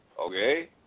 Okay